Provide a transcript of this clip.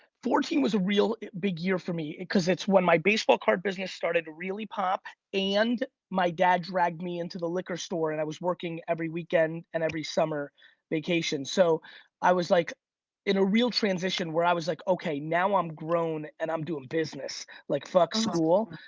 fourteen was a real big year for me cause it's when my baseball card business started to really pop and my dad dragged me into the liquor store and i was working every weekend and every summer vacation. so i was like in a real transition where i was like, okay, now i'm grown and i'm doing business, like fuck school.